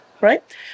Right